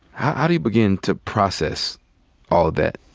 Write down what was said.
how do you begin to process all of that?